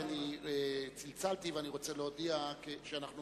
כי צלצלתי ואני רוצה להודיע שאנחנו